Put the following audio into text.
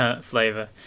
flavor